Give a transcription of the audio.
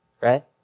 Right